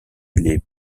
les